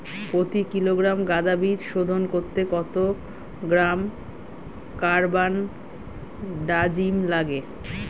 প্রতি কিলোগ্রাম গাঁদা বীজ শোধন করতে কত গ্রাম কারবানডাজিম লাগে?